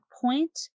point